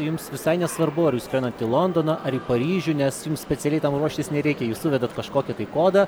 jums visai nesvarbu ar jūs skrendat į londoną ar į paryžių nes jums specialiai tam ruoštis nereikia jūs suvedat kažkokį tai kodą